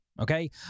Okay